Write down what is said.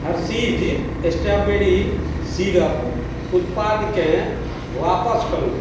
Hershey's strawberry syrup उत्पादकेँ वापस करू